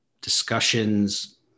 discussions